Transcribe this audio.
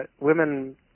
women